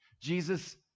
Jesus